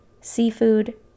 seafood